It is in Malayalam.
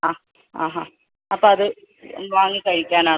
അ അപ്പോൾ അത് വാങ്ങി കഴിക്കാനാണോ